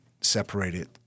separated